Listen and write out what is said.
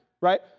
right